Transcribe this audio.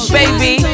baby